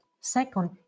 Second